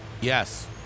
Yes